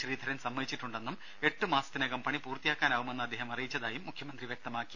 ശ്രീധരൻ സമ്മതിച്ചിട്ടുണ്ടെന്നും എട്ടുമാസത്തിനകം പണി പൂർത്തിയാക്കാനാവുമെന്ന് അദ്ദേഹം അറിയിച്ചതായും മുഖ്യമന്ത്രി വ്യക്തമാക്കി